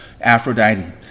Aphrodite